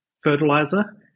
fertilizer